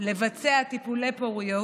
לבצע טיפולי פוריות,